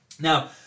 Now